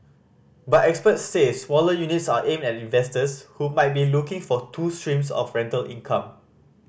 but experts say smaller units are aimed at investors who might be looking for two streams of rental income